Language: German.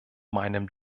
meinem